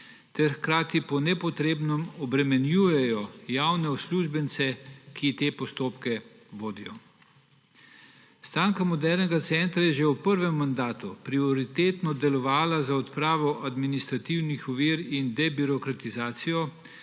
ter hkrati po nepotrebnem obremenjujejo javne uslužbence, ki te postopke vodijo. Stranka modernega centra je že v prvem mandatu prioritetno delovala za odpravo administrativnih ovir in debirokratizacijo